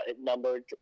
numbered